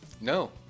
No